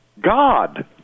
God